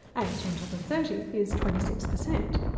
eight on top of thirty is twenty six percent.